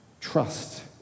trust